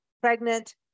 pregnant